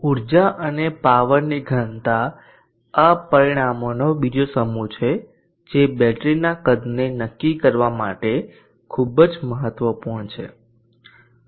ઉર્જા અને પાવરની ઘનતા આ પરિમાણોનો બીજો સમૂહ છે જે બેટરીના કદને નક્કી કરવા માટે ખૂબ જ મહત્વપૂર્ણ છે